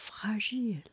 fragile